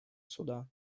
суда